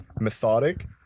methodic